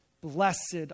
blessed